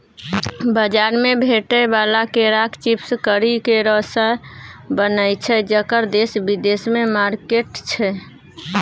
बजार मे भेटै बला केराक चिप्स करी केरासँ बनय छै जकर देश बिदेशमे मार्केट छै